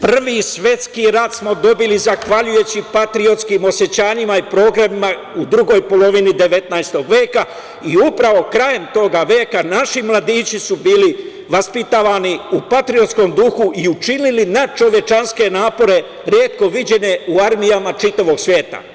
Prvi svetski rat smo dobili zahvaljujući patriotskim osećanjima i programima u drugoj polovini 19. veka i upravo, krajem tog veka, naši mladići su bili vaspitavani u patriotskom duhu i učinili nadčovečanske napore, retko viđene u armijama čitavog sveta.